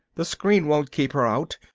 the screen won't keep her out.